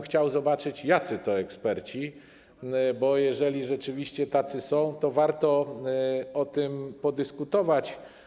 Chciałbym zobaczyć, jacy to eksperci, bo jeżeli rzeczywiście tacy są, to warto o tym podyskutować.